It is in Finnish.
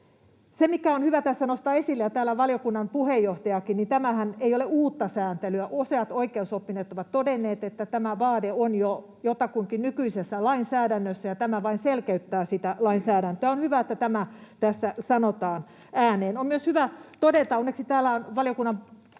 Se, mikä on hyvä tässä nostaa esille — ja täällä on valiokunnan puheenjohtajakin — on, että tämähän ei ole uutta sääntelyä. Useat oikeusoppineet ovat todenneet, että tämä vaade on jo jotakuinkin nykyisessä lainsäädännössä ja tämä vain selkeyttää sitä lainsäädäntöä. On hyvä, että tämä tässä sanotaan ääneen. On myös hyvä todeta — onneksi täällä on valiokunnan puheenjohtaja